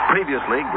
Previously